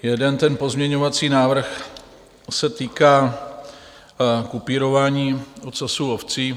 Jeden ten pozměňovací návrh se týká kupírování ocasu ovcí.